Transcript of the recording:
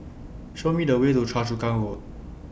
Show Me The Way to Choa Chu Kang Road